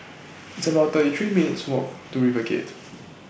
It's about thirty three minutes' Walk to RiverGate